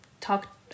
talk